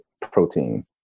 protein